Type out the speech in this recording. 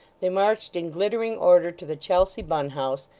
they marched in glittering order to the chelsea bun house,